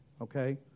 okay